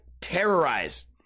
terrorize